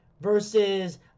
versus